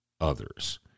others